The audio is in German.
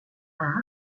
acht